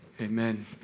Amen